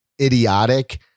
idiotic